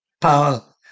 power